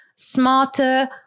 Smarter